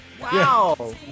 Wow